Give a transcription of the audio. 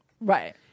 Right